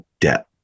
debt